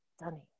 stunning